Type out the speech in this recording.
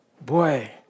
Boy